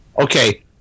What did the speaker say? Okay